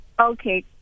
Okay